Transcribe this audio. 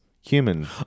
human